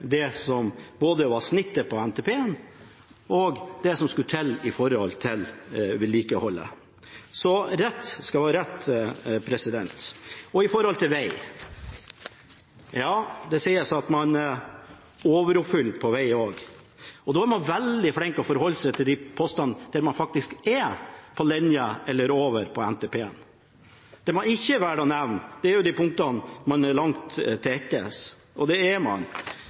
det som var gjennomsnittet i NTP, og det som skulle telle når det gjelder vedlikeholdet. Rett skal være rett. Når det gjelder veg, sies det at man «overoppfyller» på veg òg. Da er man veldig flink til å forholde seg til de postene der man faktisk er på linja eller over i NTP. Det man velger ikke å nevne, er de punktene hvor man er langt etter. Det blir brukt mindre penger på veg neste år, man